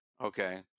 okay